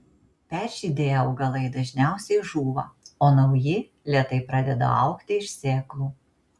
peržydėję augalai dažniausiai žūva o nauji lėtai pradeda augti iš sėklų